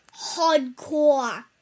hardcore